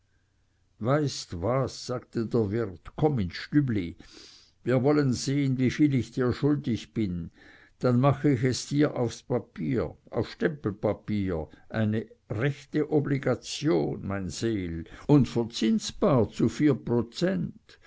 weißt was sagte der wirt komm ins stübli wir wollen sehen wieviel ich dir schuldig bin dann mache ich es dir aufs papier auf stempelpapier eine rechte obligation mein seel und verzinsbar zu vier prozent